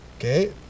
Okay